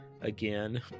again